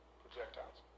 projectiles